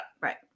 Right